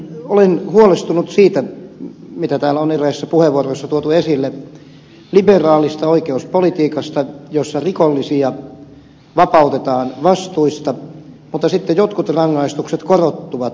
olen huolestunut siitä mitä täällä on eräissä puheenvuoroissa tuotu esille liberaalista oikeuspolitiikasta jossa rikollisia vapautetaan vastuista mutta sitten jotkut rangaistukset korottuvat